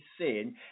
sin